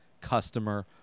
customer